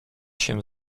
się